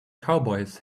cowboys